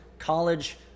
college